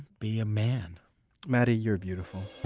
be a man matty, you're beautiful.